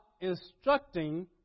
instructing